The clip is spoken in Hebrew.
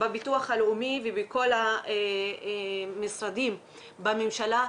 בביטוח לאומי ובכל משרדי הממשלה,